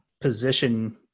position